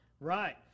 Right